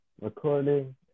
recording